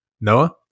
Noah